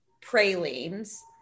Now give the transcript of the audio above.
pralines